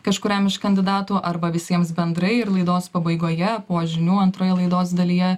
kažkuriam iš kandidatų arba visiems bendrai ir laidos pabaigoje po žinių antroje laidos dalyje